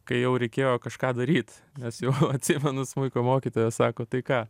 kai jau reikėjo kažką daryt nes jau atsimenu smuiko mokytoja sako tai ką